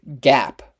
gap